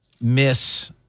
Miss